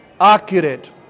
accurate